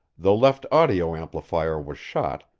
the left audio-amplifier was shot,